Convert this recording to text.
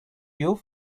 view